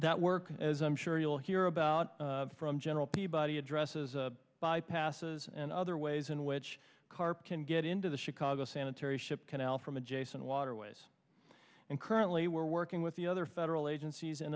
that work as i'm sure you'll hear about from general peabody addresses a bypasses and other ways in which carp can get into the chicago sanitary ship canal from adjacent waterways and currently we're working with the other federal agencies in